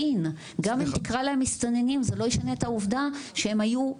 גם אם תקרא להם מסתננים זה לא ישנה את העובדה שהם היו,